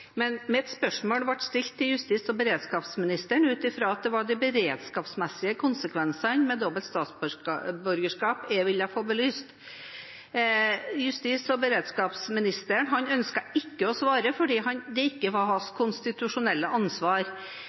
Men mitt spørsmål ble stilt til justis- og beredskapsministeren ut ifra at det var de beredskapsmessige konsekvensene med dobbelt statsborgerskap jeg ville få belyst. Justis- og beredskapsministeren ønsket ikke å svare fordi det ikke var hans konstitusjonelle ansvar.